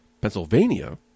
Pennsylvania